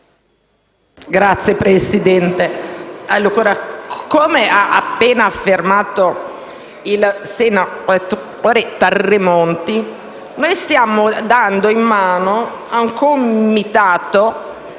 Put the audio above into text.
Signora Presidente, come ha appena affermato il senatore Tremonti, noi stiamo dando in mano a un comitato